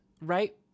right